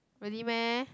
really meh